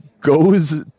goes